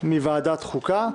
מוועדת החוקה,